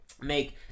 make